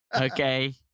Okay